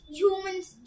humans